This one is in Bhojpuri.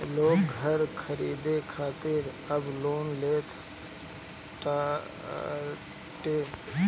लोग घर खरीदे खातिर अब लोन लेले ताटे